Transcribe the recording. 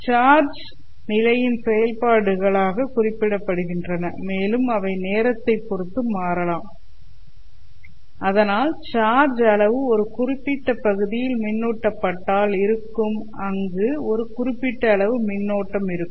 charge நிலையின் செயல்பாடுகளாக குறிப்பிடப்படுகின்றன மேலும் அவை நேரத்தைப் பொறுத்து மாறலாம் அதனால்சார்ஜ் அளவு ஒரு குறிப்பிட்ட பகுதியில் மின்னூட்ட பட்டால் இருக்கும் அங்கு ஒரு குறிப்பிட்ட அளவு மின்னோட்டம் இருக்கும்